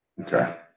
Okay